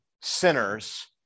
sinners